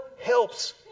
helps